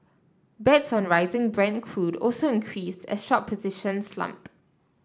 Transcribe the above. bets on rising Brent crude also increased as short positions slumped